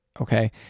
Okay